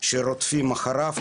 שרודפים אחריו,